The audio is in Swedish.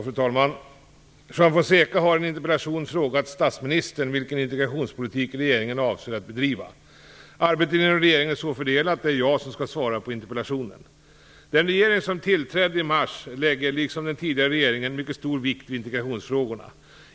Fru talman! Juan Fonseca har i en interpellation frågat statsministern vilken integrationspolitik regeringen avser att bedriva. Arbetet inom regeringen är så fördelat att det är jag som skall svara på interpellationen. Den regering som tillträdde i mars lägger, liksom den tidigare regeringen, mycket stor vikt vid integrationsfrågorna.